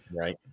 right